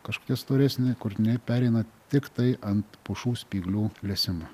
kažkokia storesnė kurtiniai pereina tiktai ant pušų spyglių lesimo